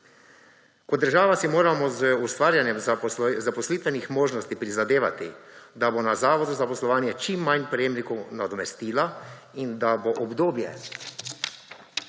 Kot država si moramo z ustvarjanjem zaposlitvenih možnosti prizadevati, da bo na zavodu za zaposlovanje čim manj prejemnikov nadomestila in da bo obdobje,